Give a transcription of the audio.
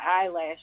eyelash